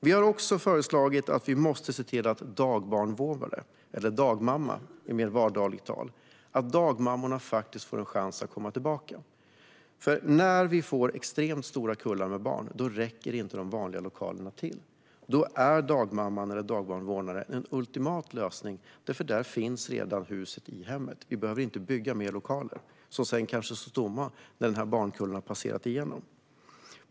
Vi har också föreslagit att dagbarnvårdarna, eller dagmammorna i mer vanligt tal, får en chans att komma tillbaka. När vi får extremt stora kullar med barn räcker nämligen inte lokalerna till. Då är dagmamman eller dagbarnvårdaren en ultimat lösning, för där finns redan plats i hemmet, och man behöver inte bygga mer lokaler som sedan kanske står tomma när de stora bankullarna passerat.